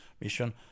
mission